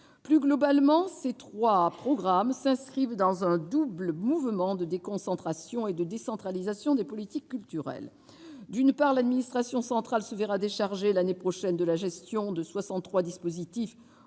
Plus globalement, ces trois programmes s'inscrivent dans un double mouvement de déconcentration et de décentralisation des politiques culturelles. D'une part, l'administration centrale sera déchargée l'année prochaine de la gestion de 63 dispositifs